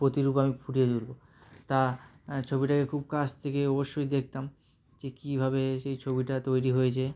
প্রতিরূপ আমি ফুটিয়ে তুলবো তা ছবিটাকে খুব কাছ থেকে অবশ্যই দেখতাম যে কীভাবে সেই ছবিটা তৈরি হয়েছে